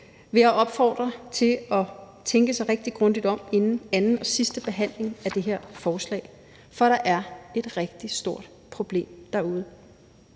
jeg opfordre til at tænke sig rigtig grundigt om inden anden og sidste behandling af det her forslag. For der er et rigtig stort problem derude.